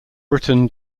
britton